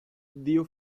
dio